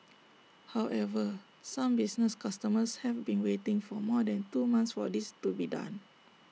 however some business customers have been waiting for more than two months for this to be done